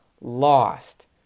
lost